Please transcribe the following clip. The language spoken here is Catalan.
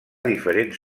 diferents